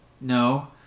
No